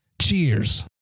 Cheers